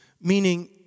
Meaning